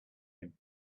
him